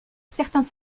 certains